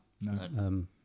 no